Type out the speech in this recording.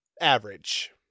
average